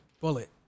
bullet